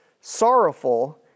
sorrowful